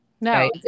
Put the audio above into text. No